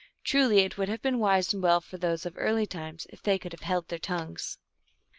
truly it would have been wise and well for those of early times if they could have held their tongues.